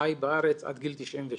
חי בארץ עד גיל 98'